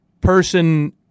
person